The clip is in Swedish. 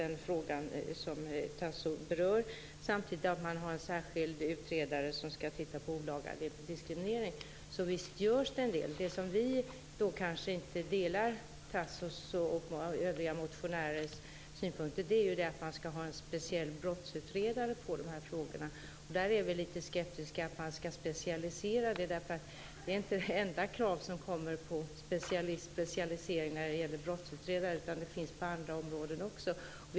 Det står också i betänkandet. Det finns samtidigt en särskild utredare som ska titta på olaga diskriminering. Så visst görs det en del. Där vi inte delar Tasso Stafilidis och övriga motionärers synpunkter är att man ska ha en särskild brottsutredare för dessa frågor. Vi är lite skeptiska till att man ska specialisera det. Det är inte det enda krav som har kommit på specialisering när det gäller brottsutredare. Det finns sådana krav också på andra områden.